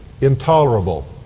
intolerable